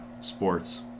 Sports